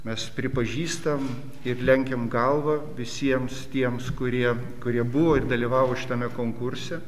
mes pripažįstam ir lenkiam galvą visiems tiems kurie kurie buvo ir dalyvavo šitame konkurse